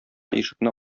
ишекне